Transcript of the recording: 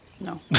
No